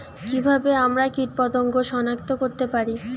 কিভাবে আমরা কীটপতঙ্গ সনাক্ত করতে পারি?